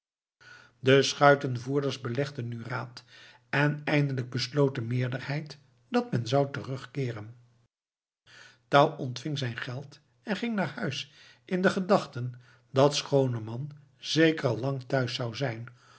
de schuitenvoerders belegden nu raad en eindelijk besloot de meerderheid dat men zou terugkeeren touw ontving zijn geld en ging naar huis in de gedachten dat schooneman zeker al lang thuis zou zijn